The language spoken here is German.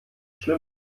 schlimm